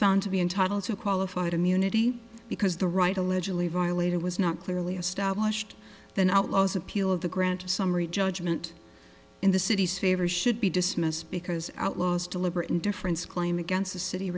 found to be entitled to qualified immunity because the right allegedly violated was not clearly established that outlaws appeal of the grant summary judgment in the city's favor should be dismissed because outlaws deliberate indifference claim against the city